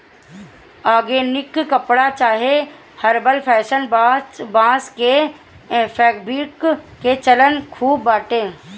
organic कपड़ा चाहे herbal fashion, बांस के फैब्रिक के चलन खूब बाटे